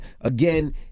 Again